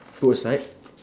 put aside